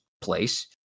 place